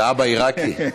ואבא עיראקי.